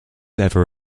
ever